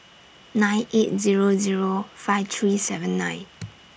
nine eight Zero Zero five three seven nine